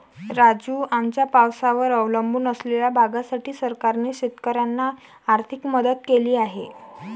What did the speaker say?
राजू, आमच्या पावसावर अवलंबून असलेल्या भागासाठी सरकारने शेतकऱ्यांना आर्थिक मदत केली आहे